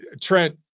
Trent